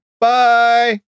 Bye